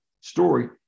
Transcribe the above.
story